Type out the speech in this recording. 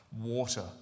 water